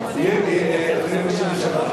להסיר את החוק,